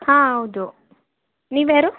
ಹಾಂ ಹೌದು ನೀವು ಯಾರು